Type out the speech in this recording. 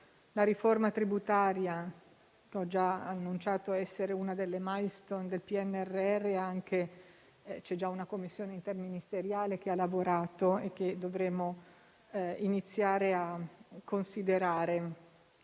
La riforma tributaria, come ho già annunciato, è una delle *milestone* del PNRR; c'è già una Commissione interministeriale che ha lavorato e dovremmo iniziare a considerarla